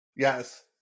Yes